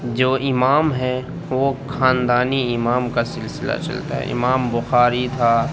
جو امام ہے وہ خاندانی امام کا سلسلہ چلتا ہے امام بخاری تھا